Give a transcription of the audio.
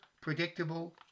predictable